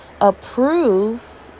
approve